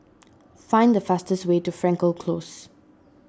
find the fastest way to Frankel Close